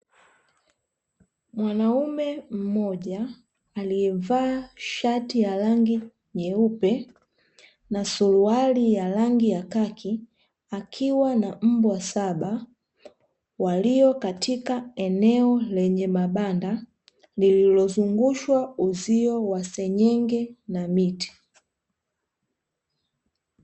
Mwanaume mmoja, aliyevaa shati ya rangi nyeupe na suruali ya rangi ya kaki, akiwa na mbwa saba walio katika eneo lenye mabanda, lililozungushwa uzio wa senyenge na miti.